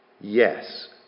Yes